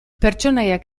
pertsonaiak